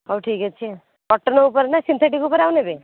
ହଉ ଠିକ୍ ଅଛି ଆଉ କଟନ୍ ଉପରେ ନା ସିନ୍ଥେଟିକ୍ ଉପରେ ଆଉ ନେବେ